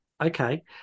okay